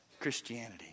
Christianity